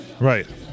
Right